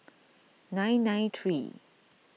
nine nine three